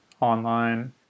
online